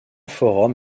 forum